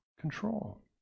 control